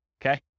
Okay